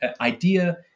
Idea